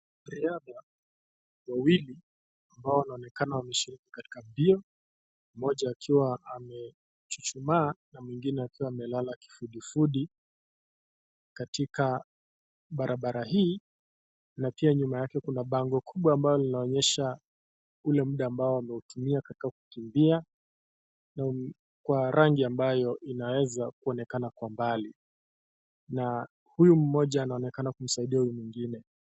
Wanariadha wawili ambao wanaonekana wameshiriki katika mbio mmoja akiwa amechuchumaa na mwingine akiwa amelala kifudifudi katika barabara hii na pia nyuma yake kuna bango kubwa ambalo linonyesha ule muda ambao wameutumia katika kukimbia na kwa rangi ambayo inaweza kuonekana kwa mbali na huyu mmoja anaonekena kumsaidia huyu mwingine.